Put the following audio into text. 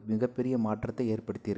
ஒரு மிக பெரிய மாற்றத்தை ஏற்படுத்தியிருக்கு